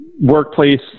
workplace